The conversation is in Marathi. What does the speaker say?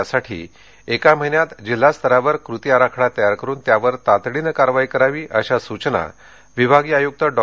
यासाठी एका महिन्यात जिल्हास्तरावर कृती अराखडा तयार करून त्यावर तातडीनं कारवाई करावी अशा सूचना विभागीय आयुक्त डॉ